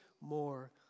more